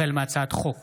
החל בהצעת חוק